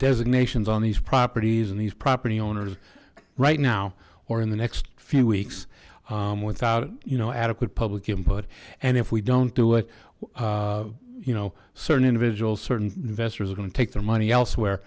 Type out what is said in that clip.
designations on these properties and these property owners right now or in the next few weeks without you know adequate public input and if we don't do it you know certain individuals certain investors are going to take their money elsewhere